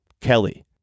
Kelly